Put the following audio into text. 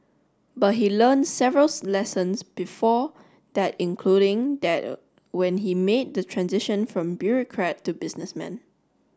but he learnt several lessons before that including that when he made the transition from bureaucrat to businessman